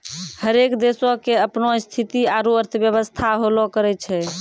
हरेक देशो के अपनो स्थिति आरु अर्थव्यवस्था होलो करै छै